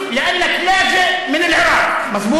בערבית: נמשיך בערבית, אתה מבין ערבית.